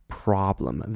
problem